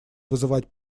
вызывать